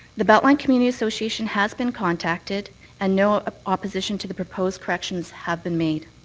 the beltline community association has been contacted and no ah opposition to the proposed corrections have been made.